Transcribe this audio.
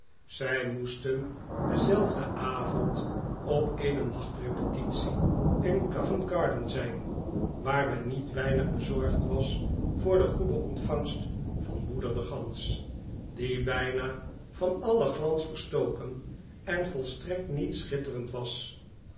zij moesten denzelfden avond op eene nachtrepetitie in covent-garden zijn waar men niet weinig bezorgd was voor de goede ontvangst van moeder de gans die bijna van alien glans verstoken en volstrekt niet schitterend was